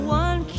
one